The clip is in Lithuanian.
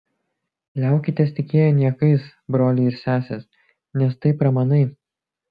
liaukitės tikėję niekais broliai ir sesės nes tai pramanai